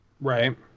Right